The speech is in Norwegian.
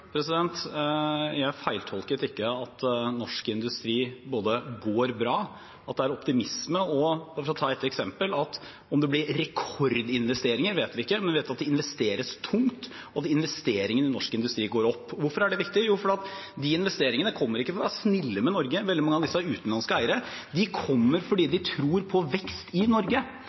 Jeg feiltolket ikke at norsk industri går bra, og at det er optimisme. For å ta et eksempel: Om det blir rekordinvesteringer, vet vi ikke, men vi vet at det investeres tungt. Investeringene i norsk industri går opp. Hvorfor er det viktig? Jo, fordi de som investerer, ikke kommer for å være snille med Norge. Veldig mange av disse er utenlandske eiere. De kommer fordi de tror på vekst i Norge.